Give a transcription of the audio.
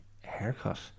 haircut